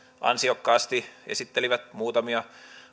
ansiokkaasti muutamia